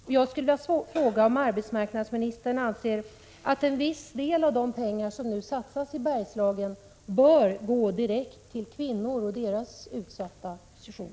Jag skulle vilja fråga om arbetsmarknadsministern anser att en viss del av de pengar som satsas i Bergslagen bör gå direkt till kvinnor med hänsyn till deras utsatta position?